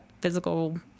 physical